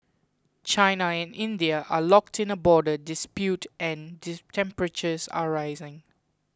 China and India are locked in a border dispute and temperatures are rising